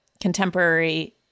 contemporary